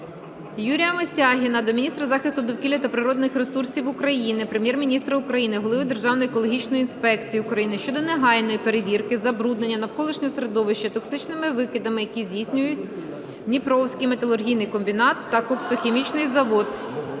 Юрія Мисягіна до міністра захисту довкілля та природних ресурсів України, Прем'єр-міністра України, голови Державної екологічної інспекції України щодо негайної перевірки забруднення навколишнього середовища токсичними викидами, які здійснюють Дніпровський металургійний комбінат та Коксохімічний завод.